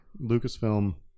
Lucasfilm